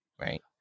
right